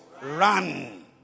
Run